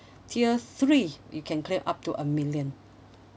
tier three you can claim up to a million